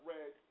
Red